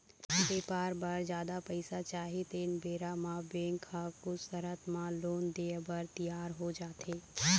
बेपार बर जादा पइसा चाही तेन बेरा म बेंक ह कुछ सरत म लोन देय बर तियार हो जाथे